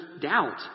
doubt